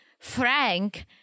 Frank